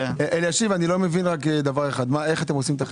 אלישיב, אני לא מבין רק דבר אחד, עוסק